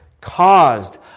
caused